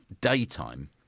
daytime